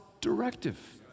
directive